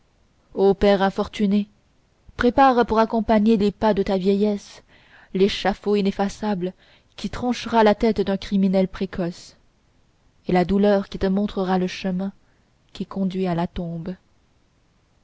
o père infortuné prépare pour accompagner les pas de ta vieillesse l'échafaud ineffaçable qui tranchera la tête d'un criminel précoce et la douleur qui te montrera le chemin qui conduit à la tombe